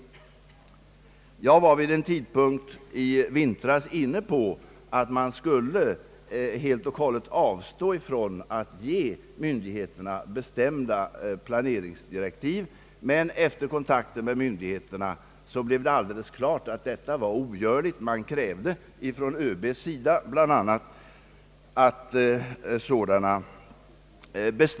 Därför är det så mycket värdefullare att dessa positiva omdömen kommer just från honom. Vi är helt eniga om att priset på Viggen är en fråga om hur många plan som kommer att produceras och på hur många enheter typkostnaderna därmed kan fördelas.